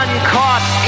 Uncaught